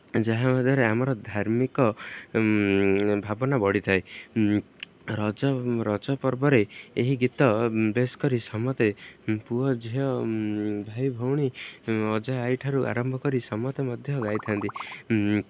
ଯାହା ଆମ ଦେହରେ ଆମର ଧାର୍ମିକ ଭାବନା ବଢ଼ିଥାଏ ରଜ ରଜ ପର୍ବରେ ଏହି ଗୀତ ବେଶ୍ କରି ସମସ୍ତେ ପୁଅ ଝିଅ ଭାଇ ଭଉଣୀ ଅଜା ଆଈଠାରୁ ଆରମ୍ଭ କରି ସମସ୍ତେ ମଧ୍ୟ ଗାଇଥାନ୍ତି